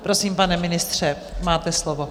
Prosím, pane ministře, máte slovo.